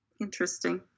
Interesting